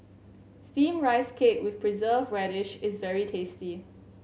Steamed Rice Cake with Preserved Radish is very tasty